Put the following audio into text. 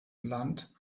land